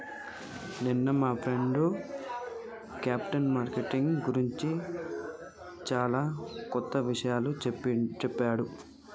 నిన్న మా friend capital market గురించి చానా కొత్త ఇషయాలు చెప్పిండు